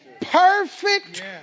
Perfect